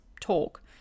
talk